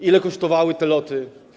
Ile kosztowały te loty?